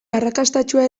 arrakastatsua